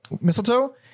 Mistletoe